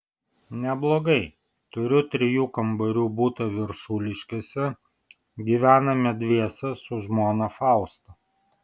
neblogai turiu trijų kambarių butą viršuliškėse gyvename dviese su žmona fausta